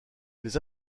les